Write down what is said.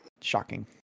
shocking